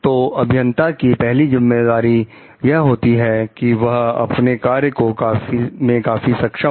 तो अभियंता की पहली जिम्मेवारी यह होती है कि वह अपने कार्य में काफी सक्षम हो